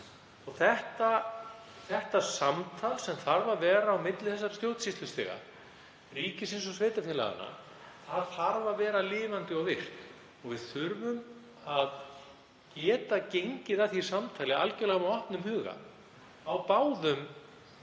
dag. Það samtal sem þarf að vera á milli þessara stjórnsýslustiga, ríkisins og sveitarfélaganna, þarf að vera lifandi og virkt. Við þurfum að geta gengið að því samtali algjörlega með opnum huga á báðum